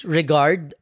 regard